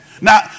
Now